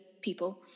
people